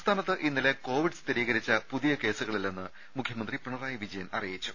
സംസ്ഥാനത്ത് ഇന്നലെ കോവിഡ് സ്ഥിരീകരിച്ച പുതിയ കേസുകളില്ലെന്ന് മുഖ്യമന്ത്രി പിണറായി വിജയൻ അറിയി ച്ചു